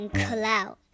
cloud